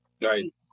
Right